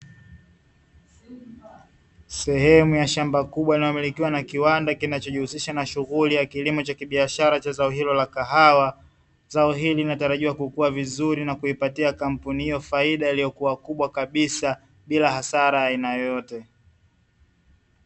Sehemu ya shamba kubwa linalomilikiwa na kiwanda kinachojihusisha na shughuli ya kibiashara cha zao hilo la kahawa. Zao hili linatarajiwa kukua vizuri na kuipatia kampuni hiyo faida iliyokuwa kubwa kabisa, bila hasara ya aina yoyote.